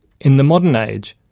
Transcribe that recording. in the modern age,